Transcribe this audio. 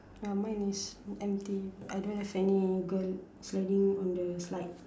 ya mine is empty I don't have any girl sliding on the slide